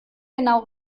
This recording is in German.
genau